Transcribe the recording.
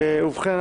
ובכן,